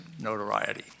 notoriety